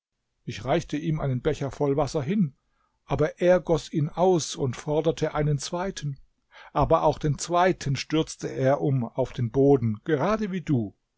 ich reichte ihm einen becher voll wasser hin aber er goß ihn aus und forderte einen zweiten aber auch den zweiten stürzte er um auf den boden gerade wie du